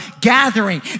gathering